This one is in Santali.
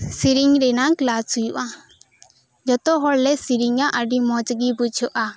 ᱥᱮᱨᱮᱧ ᱨᱮᱱᱟᱜ ᱠᱮᱞᱟᱥ ᱦᱩᱭᱩᱜᱼᱟ ᱡᱚᱛᱚ ᱦᱚᱲ ᱞᱮ ᱥᱮᱨᱮᱧᱟ ᱟᱹᱰᱤ ᱢᱚᱸᱡᱽᱜᱮ ᱵᱩᱡᱷᱟᱹᱜᱼᱟ